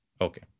Okay